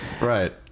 Right